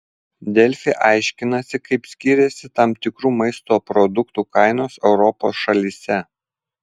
delfi aiškinasi kaip skiriasi tam tikrų maisto produktų kainos europos šalyse